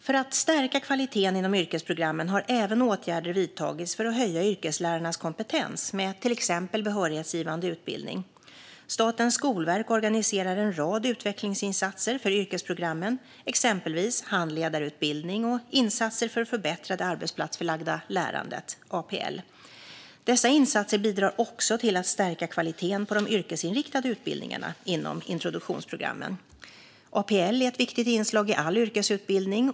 För att stärka kvaliteten inom yrkesprogrammen har även åtgärder vidtagits för att höja yrkeslärarnas kompetens med till exempel behörighetsgivande utbildning. Statens skolverk organiserar en rad utvecklingsinsatser för yrkesprogrammen, exempelvis handledarutbildning och insatser för att förbättra det arbetsplatsförlagda lärandet, APL. Dessa insatser bidrar också till att stärka kvaliteten på de yrkesinriktade utbildningarna inom introduktionsprogrammen. APL är ett viktigt inslag i all yrkesutbildning.